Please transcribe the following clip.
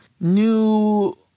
new